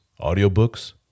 audiobooks